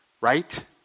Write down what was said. right